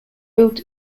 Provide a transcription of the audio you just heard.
built